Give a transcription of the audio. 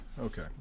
Okay